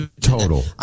Total